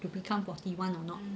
to become forty one or not